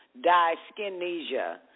dyskinesia